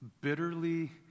bitterly